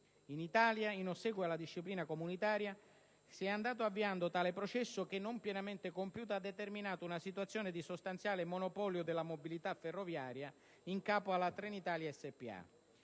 In Italia, in ossequio alla disciplina comunitaria, si è andato avviando tale processo che, non pienamente compiuto, ha determinato una situazione di sostanziale monopolio della mobilità ferroviaria in capo a Trenitalia spa.